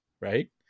right